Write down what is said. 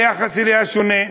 היחס אליה שונה?